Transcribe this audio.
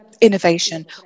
innovation